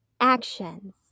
actions